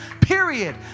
Period